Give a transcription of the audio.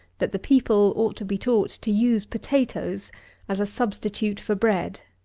that the people ought to be taught to use potatoes as a substitute for bread